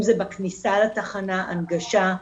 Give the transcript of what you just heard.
אם זה בכניסה לתחנה הנגשה,